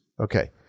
okay